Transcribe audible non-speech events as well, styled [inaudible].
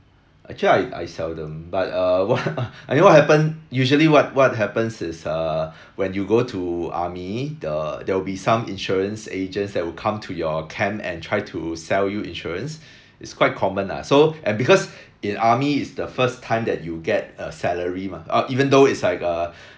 actually I I seldom but err what [laughs] I don't know what happen usually what what happens is err when you go to army the there will be some insurance agents that will come to your camp and try to sell you insurance it's quite common lah so and because in army it's the first time that you get a salary mah uh even though it's like a